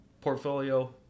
portfolio